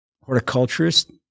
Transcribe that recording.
horticulturist